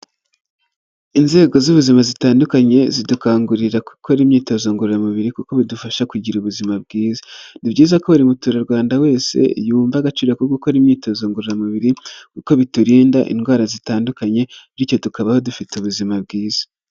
Inzego z'ubuzima zitandukanye zidukangurira gukora imyitozo ngororamubiri kuko bidufasha kugira ubuzima bwiza. Ni byiza ko buri muturarwanda wese yumva agaciro ko gukora imyitozo ngororamubiri, kuko biturinda indwara zitandukanye bityo tukabaho dufite ubuzima bwiza.